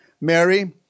Mary